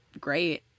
great